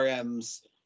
RM's